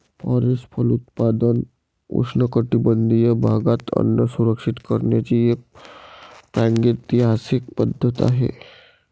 forest फलोत्पादन उष्णकटिबंधीय भागात अन्न सुरक्षित करण्याची एक प्रागैतिहासिक पद्धत आहे